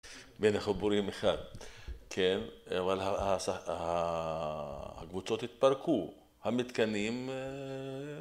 בין החברים אחד, כן, אבל ה... השח... הקבוצות התפרקו, המתקנים, הם...